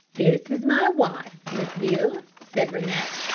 this is my wife, miss beale, said rennett.